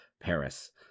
Paris